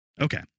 Okay